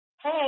Hey